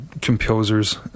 composers